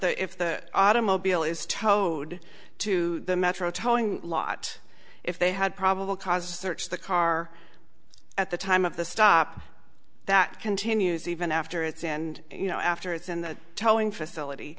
the if the automobile is towed to the metro towing lot if they had probable cause to search the car at the time of the stop that continues even after it's and you know after it's in the towing facility